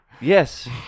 Yes